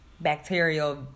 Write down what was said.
bacterial